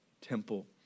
temple